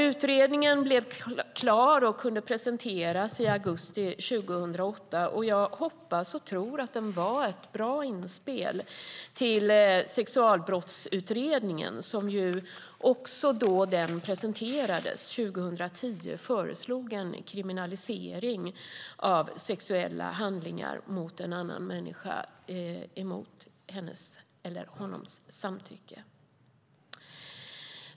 Utredningen blev klar och kunde presenteras i augusti 2008. Jag hoppas och tror att den var ett bra inspel till Sexualbrottsutredningen som ju också, då den presenterades 2010, föreslog en kriminalisering av sexuella handlingar mot en annan människa utan hennes eller hans samtycke.